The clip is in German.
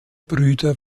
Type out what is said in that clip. brüder